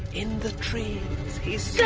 in the trees he so